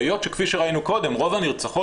והיות שכפי שראינו קודם רוב הנרצחות